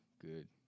good